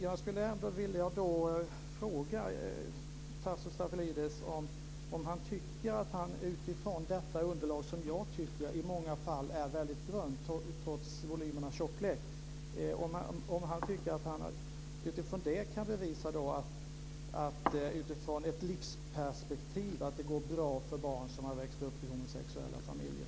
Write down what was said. Jag skulle vilja fråga Tasso Stafilidis om han tycker att han utifrån detta underlag, som jag tycker i många fall är väldigt grunt trots volym och tjocklek, kan bevisa att det i ett livsperspektiv går bra för barn som har växt upp i homosexuella familjer.